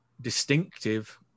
distinctive